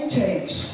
takes